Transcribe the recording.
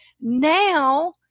Now